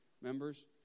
members